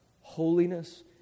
holiness